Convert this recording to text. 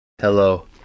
Hello